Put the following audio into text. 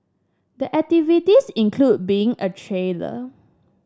the activities include being a trader